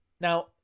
Now